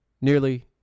nearly